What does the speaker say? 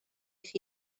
chi